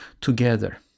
together